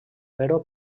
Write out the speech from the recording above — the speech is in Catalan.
però